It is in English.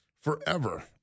forever